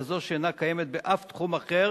כזאת שאינה קיימת באף תחום אחר,